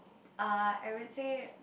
uh I would say